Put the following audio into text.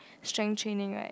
strength training right